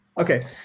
okay